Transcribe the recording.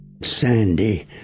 Sandy